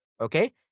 okay